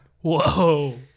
Whoa